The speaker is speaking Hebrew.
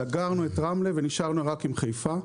סגרנו את רמלה ונשארנו רק עם חיפה.